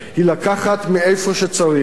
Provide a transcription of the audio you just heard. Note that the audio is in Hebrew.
היא לקחת מאיפה שצריך,